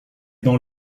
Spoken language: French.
dans